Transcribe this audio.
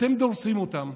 אתם דורסים אותם,